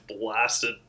blasted